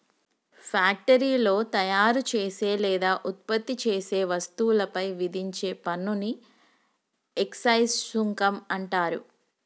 ఫ్యాక్టరీలో తయారుచేసే లేదా ఉత్పత్తి చేసే వస్తువులపై విధించే పన్నుని ఎక్సైజ్ సుంకం అంటరు